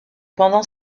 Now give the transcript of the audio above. pendant